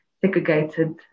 segregated